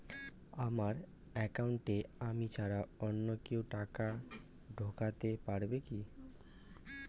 আমার একাউন্টে আমি ছাড়া অন্য কেউ টাকা ঢোকাতে পারবে কি?